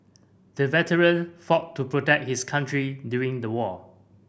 the veteran fought to protect his country during the war